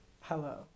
Hello